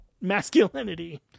masculinity